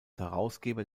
herausgeber